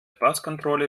passkontrolle